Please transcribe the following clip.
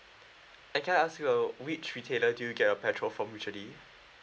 I can ask you uh which retailer do you get a petrol from usually